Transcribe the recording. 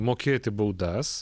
mokėti baudas